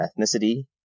ethnicity